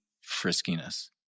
friskiness